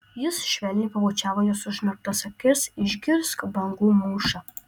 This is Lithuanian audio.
jis švelniai pabučiavo jos užmerktas akis išgirsk bangų mūšą